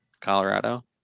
Colorado